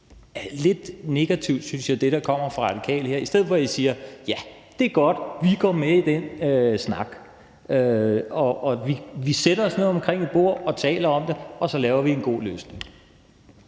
i dag. Jeg synes, at det, der kommer fra Radikale, bliver lidt negativt, i stedet for at I siger: Ja, det er godt – vi går med i den snak, vi sætter os ned omkring et bord og taler om det, og så laver vi en god løsning.